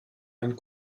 einen